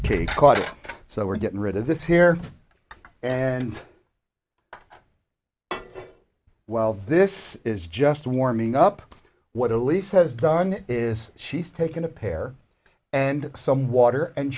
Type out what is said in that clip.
cause so we're getting rid of this here and well this is just warming up what elise has done is she's taken a pear and some water and